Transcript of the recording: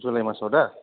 July मास आव दा